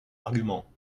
argument